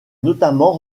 notamment